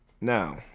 Now